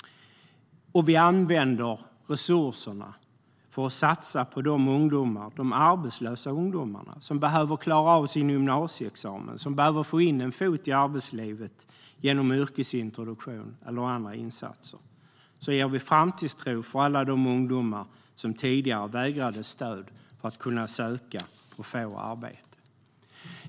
Vi använder dessa resurser till att satsa på de arbetslösa ungdomar som behöver klara av sin gymnasieexamen och som behöver få in en fot i arbetslivet genom yrkesintroduktion eller andra insatser. Då ger vi framtidstro till alla de ungdomar som tidigare vägrades stöd för att kunna söka och få arbete.